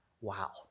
wow